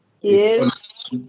Yes